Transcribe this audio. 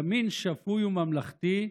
ימין שפוי וממלכתי,